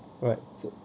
right is it